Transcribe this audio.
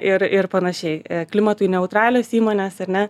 ir ir panašiai klimatui neutralios įmonės ar ne